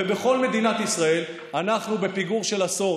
ובכל מדינת ישראל אנחנו בפיגור של עשור.